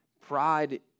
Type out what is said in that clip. Pride